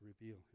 reveal